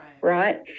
right